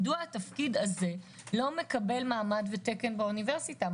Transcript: מדוע התפקיד הזה לא מקבל מעמד ותקן באוניברסיטה?